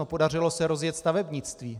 Podařilo se rozjet stavebnictví.